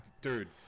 dude